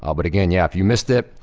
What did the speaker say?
ah but, again, yeah if you missed it,